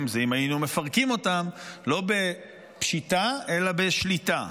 זה אם היינו מפרקים אותם לא בפשיטה אלא בשליטה,